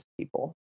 people